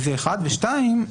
דבר שני,